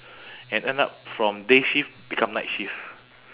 and end up from day shift become night shift